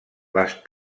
les